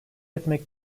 etmek